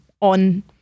on